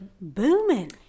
booming